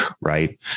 right